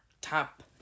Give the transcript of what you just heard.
top